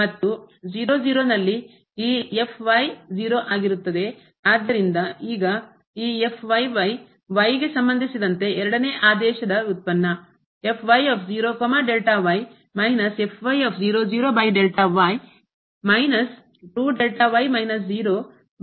ಮತ್ತು 0 0 ನಲ್ಲಿ ಈ 0 ಆಗಿರುತ್ತದೆ ಆದ್ದರಿಂದ ಈಗ ಈ y ಗೆ ಸಂಬಂಧಿಸಿದಂತೆ ಎರಡನೇ ಆದೇಶದ ಉತ್ಪನ್ನ ಆಗಿರುತ್ತದೆ